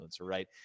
Right